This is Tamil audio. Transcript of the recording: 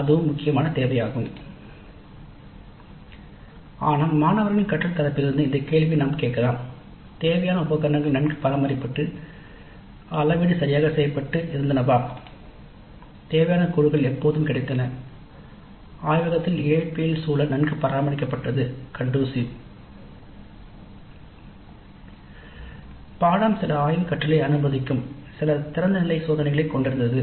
அதுவும் முக்கியமான தேவையாகும் ஆனால் மாணவர்களின் கற்றல் தரப்பிலிருந்து இந்த கேள்வியை நாம் கேட்கலாம் "தேவையான உபகரணங்கள் நன்கு பராமரிக்கப்பட்டு அளவீடு சரியாக செய்யப்பட்டு இருந்தனவா" "தேவையான கூறுகள் எப்போதும் கிடைத்தன" " ஆய்வகத்தில் இயற்பியல் சூழல் நன்கு பராமரிக்கப்பட்டது கண்டூசிவ் " பாடநெறி சில ஆய்வுக் கற்றலை அனுமதிக்கும் சில திறந்தநிலை சோதனைகளைக் கொண்டிருந்தது